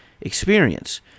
experience